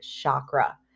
chakra